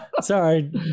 Sorry